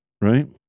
Right